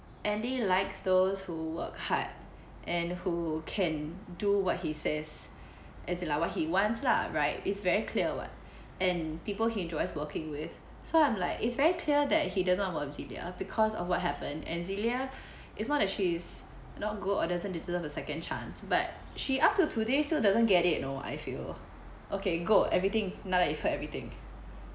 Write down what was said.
andy likes those who work hard and who can do what he says as in like what he wants lah right it's very clear what and people he enjoys working with so I'm like it's very clear that he doesn't want work with celia because of what happened and celia it's not that she's not good or doesn't deserve a second chance but she up till today still doesn't get it you know I feel okay go everything now that you heard everything